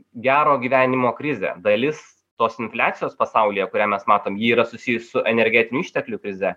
gero gyvenimo krizę dalis tos infliacijos pasaulyje kurią mes matomji yra susijus su energetinių išteklių krize